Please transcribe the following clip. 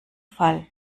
fall